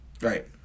Right